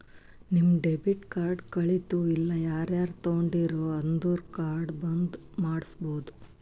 ನಿಮ್ debit card ಕಳಿತು ಇಲ್ಲ ಯಾರರೇ ತೊಂಡಿರು ಅಂದುರ್ ಕಾರ್ಡ್ ಬಂದ್ ಮಾಡ್ಸಬೋದು